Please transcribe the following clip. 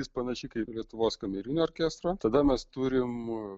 jis panašiai kaip lietuvos kamerinio orkestro tada mes turim